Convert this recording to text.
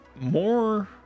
more